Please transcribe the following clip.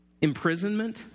Imprisonment